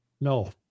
No